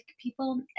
people